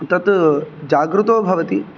तद् जागृतो भवति